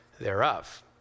thereof